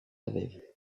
avait